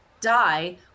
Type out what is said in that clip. die